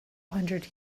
hundred